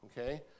okay